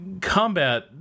combat